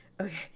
Okay